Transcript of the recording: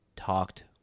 talked